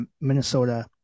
Minnesota